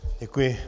Děkuji.